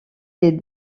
des